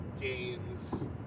games